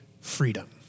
Freedom